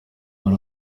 hari